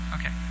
Okay